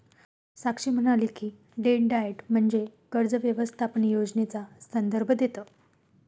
साक्षी म्हणाली की, debt diet म्हणजे कर्ज व्यवस्थापन योजनेचा संदर्भ देतं